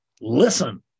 listen